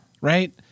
right